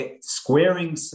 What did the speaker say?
squaring